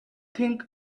think